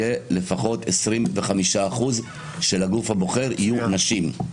לפחות 25% מהגוף הבוחר יהיה נשים.